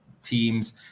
Teams